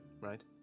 right